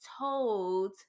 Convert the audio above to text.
told